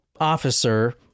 officer